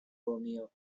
romeo